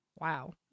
Wow